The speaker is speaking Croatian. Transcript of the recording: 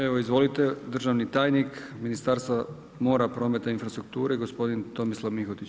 Evo izvolite, državni tajnik Ministarstva mora, prometa i infrastruktura gospodin Tomislav Mihotić.